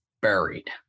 buried